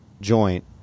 joint